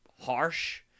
harsh